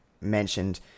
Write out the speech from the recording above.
mentioned